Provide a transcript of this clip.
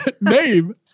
name